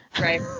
Right